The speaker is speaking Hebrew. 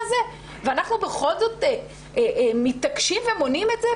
ואנחנו בכל זאת מתעקשים ומונעים את זה?